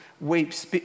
weeps